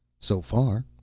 so far.